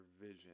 vision